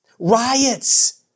riots